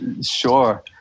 Sure